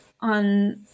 on